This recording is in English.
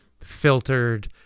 Filtered